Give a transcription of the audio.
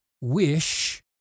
wish